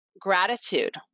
gratitude